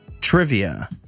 trivia